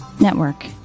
Network